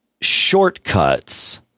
shortcuts